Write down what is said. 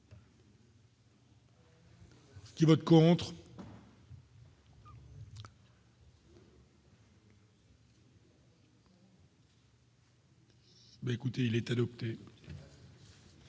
Qui vote contre. Ben écoutez il est adopté.